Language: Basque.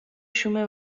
xume